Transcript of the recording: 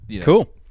Cool